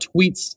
tweets